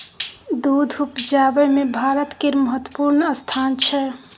दूध उपजाबै मे भारत केर महत्वपूर्ण स्थान छै